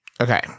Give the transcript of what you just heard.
Okay